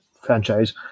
franchise